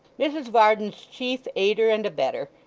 mrs varden's chief aider and abettor,